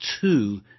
two